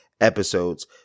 episodes